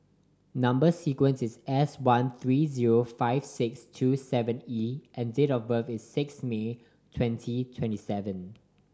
number sequence is S one three zero five six two seven E and date of birth is six May twenty twenty seven